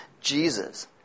Jesus